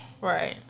right